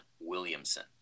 Williamson